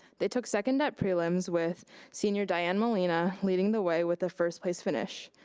they took second at prelims with senior diane molina leading the way with a first place finish.